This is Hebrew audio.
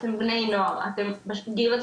אתם בני נוער,